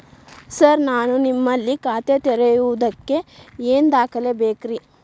Sir ನಾನು ನಿಮ್ಮಲ್ಲಿ ಖಾತೆ ತೆರೆಯುವುದಕ್ಕೆ ಏನ್ ದಾಖಲೆ ಬೇಕ್ರಿ?